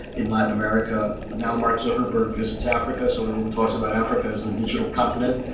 in latin america, and now mark zuckerberg visits africa, so everyone talks about africa as the digital continent.